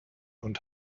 und